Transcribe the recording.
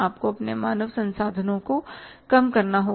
आपको अपने मानव संसाधनों को कम करना होगा